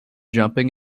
jumping